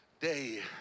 day